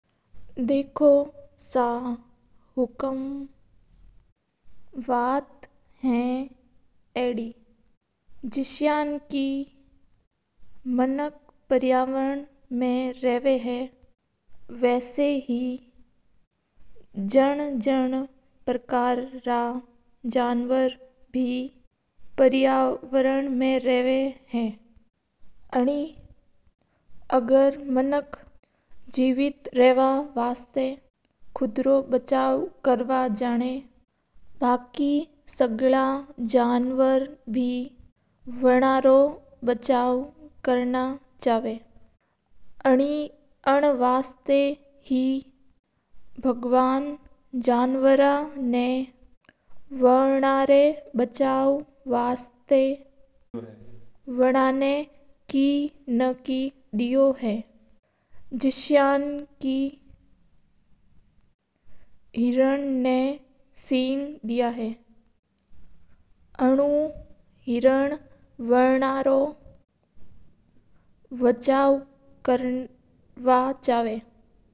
देखो सा हुकूम बात है अडी जस्यान के मानिस्क पारेन मा रवा जसा हे जन जन पारकर रा जनावर पर्यावरण मा रवा हा। मानक आप रो बचाव कर नो जना हा अणि वास्ता जनावर बे बचाव कर नो जना वना ना के ना के देयो हा। जस्यान के हिरण ना सींग देया हा अनु हिरण अना रो बचाव कर सका हा।